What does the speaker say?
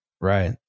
Right